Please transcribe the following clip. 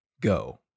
Go